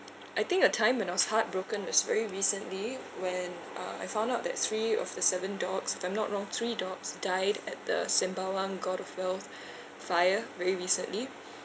I think a time when I was heartbroken was very recently when uh I found out that three of the seven dogs if I'm not wrong three dogs died at the Sembawang god of wealth fire very recently